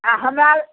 आओर हमरा लए